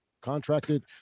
contracted